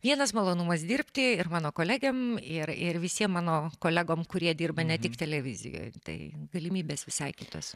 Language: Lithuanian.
vienas malonumas dirbti ir mano kolegėm ir ir visiem mano kolegom kurie dirba ne tik televizijoj tai galimybės visai kitos